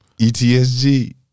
ETSG